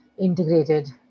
integrated